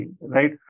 right